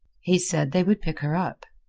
he said they would pick her up.